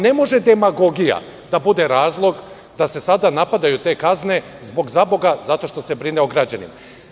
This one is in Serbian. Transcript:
Ne može demagogija da bude razlog da se sada napadaju te kazne zato što se brine o građanima.